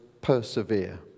persevere